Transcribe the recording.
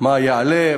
מה יעלה,